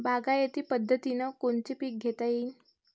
बागायती पद्धतीनं कोनचे पीक घेता येईन?